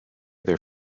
their